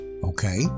Okay